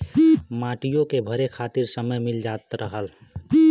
मटियो के भरे खातिर समय मिल जात रहल